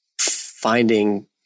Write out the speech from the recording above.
finding